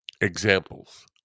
examples